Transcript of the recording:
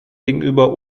gegenüber